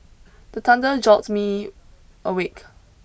the thunder jolt me awake